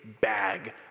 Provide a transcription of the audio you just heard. bag